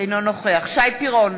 אינו נוכח שי פירון,